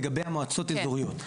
לגבי המועצות האזוריות.